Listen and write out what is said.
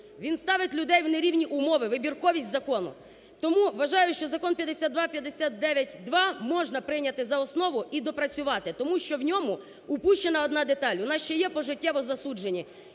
Він ставить людей в нерівні умови, вибірковість закону. Тому, вважаю, що закон 5259-2, можна прийняти за основу і доопрацювати. Тому що у ньому упущена одна деталь, у нас ще є по життєве засудження,